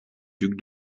duc